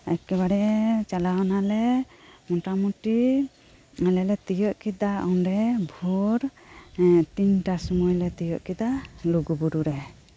ᱮᱠᱮᱵᱟᱨᱮ ᱪᱟᱞᱟᱣᱮᱱᱟᱞᱮ ᱢᱚᱴᱟᱢᱩᱴᱤ ᱟᱞᱮᱞᱮ ᱛᱤᱭᱟᱹᱜ ᱠᱮᱫᱟ ᱚᱸᱰᱮ ᱵᱷᱚᱨ ᱛᱤᱱᱴᱟ ᱥᱩᱢᱟᱹᱭᱞᱮ ᱛᱤᱭᱟᱹᱜ ᱠᱮᱫᱟ ᱞᱩᱜᱩᱵᱩᱨᱩ ᱨᱮ